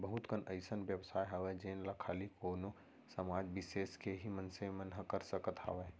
बहुत कन अइसन बेवसाय हावय जेन ला खाली कोनो समाज बिसेस के ही मनसे मन ह कर सकत हावय